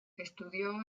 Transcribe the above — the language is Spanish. estudió